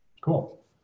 cool